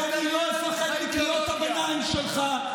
ואני לא אפחד מקריאות הביניים שלך.